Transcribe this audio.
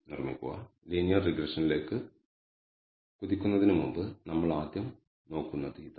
നിർമ്മിക്കുക ലീനിയർ റിഗ്രഷനിലേക്ക് കുതിക്കുന്നതിന് മുമ്പ് നമ്മൾ ആദ്യം നോക്കുന്നത് ഇതാണ്